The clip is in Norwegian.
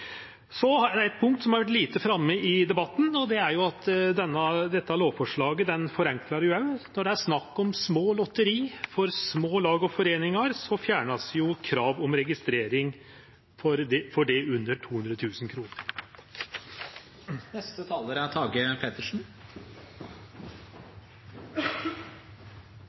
så sentralt at hestesporten har levelege rammevilkår i framtida. For utan levelege rammevilkår trur eg heller ikkje det er spesielt mykje hest å spele på. Det er eit punkt som har vore lite framme i debatten, er det er at dette lovforslaget forenklar det òg. Når det er snakk om små lotteri for små lag og foreiningar, vert jo krav om registrering